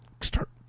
start